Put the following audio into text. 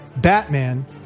Batman